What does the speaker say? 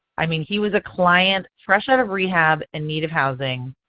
i mean he was a client fresh out of rehab in need of housing.